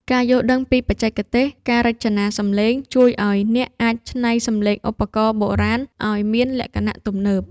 ការយល់ដឹងពីបច្ចេកទេស ការរចនាសំឡេង ជួយឱ្យអ្នកអាចច្នៃសំឡេងឧបករណ៍បុរាណឱ្យមានលក្ខណៈទំនើប។